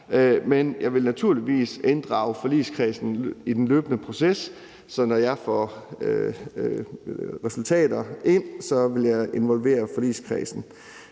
men jeg vil naturligvis inddrage forligskredsen i den løbende proces, så når jeg får resultater ind, vil jeg involvere forligskredsen.